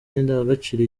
n’indangagaciro